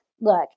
Look